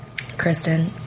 Kristen